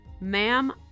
Ma'am